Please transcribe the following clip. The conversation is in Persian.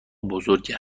بزرگه